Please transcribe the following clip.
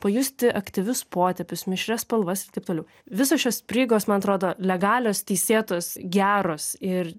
pajusti aktyvius potėpius mišrias spalvas ir taip toliau visos šios prieigos man atrodo legalios teisėtos geros ir